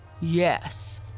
Yes